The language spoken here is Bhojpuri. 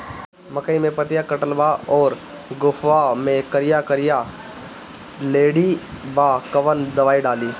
मकई में पतयी कटल बा अउरी गोफवा मैं करिया करिया लेढ़ी बा कवन दवाई डाली?